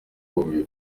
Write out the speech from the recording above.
ukomeye